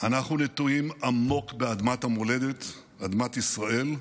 אנחנו נטועים עמוק באדמת המולדת, אדמת ישראל,